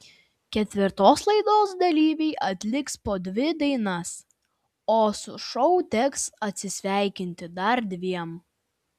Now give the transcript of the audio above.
ketvirtos laidos dalyviai atliks po dvi dainas o su šou teks atsisveikinti dar dviem